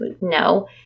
no